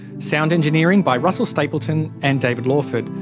sound engineering by russell stapleton and david lawford.